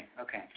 okay